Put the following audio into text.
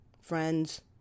friends